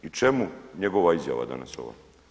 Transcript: I čemu njegova izjava danas ova.